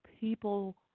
people